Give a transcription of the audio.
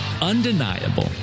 undeniable